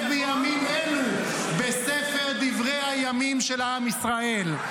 בימים אלו בספר דברי הימים של עם ישראל.